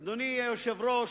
אדוני היושב-ראש,